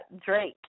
Drake